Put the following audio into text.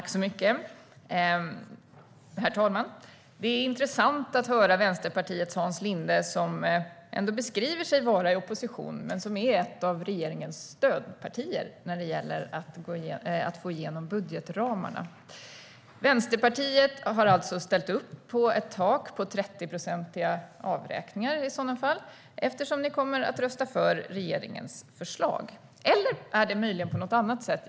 Herr talman! Det är intressant att höra Vänsterpartiets Hans Linde, som ändå beskriver sig vara i opposition men som representerar ett av regeringens stödpartier när det gäller att få igenom budgetramarna. Vänsterpartiet har alltså ställt upp på ett tak på 30-procentiga avräkningar eftersom ni kommer att rösta för regeringens förslag. Eller är det möjligen på något annat sätt?